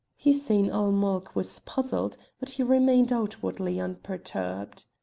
hussein-ul-mulk was puzzled, but he remained outwardly unperturbed.